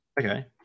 Okay